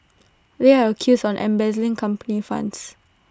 they are accused on embezzling company funds